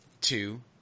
two